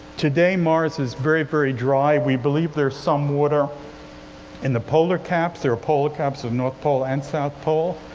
today mars is very very dry. we believe there's some water in the polar caps, there are polar caps of north pole and south pole.